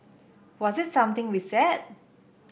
was it something we said